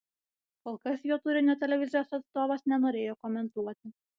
kol kas jo turinio televizijos atstovas nenorėjo komentuoti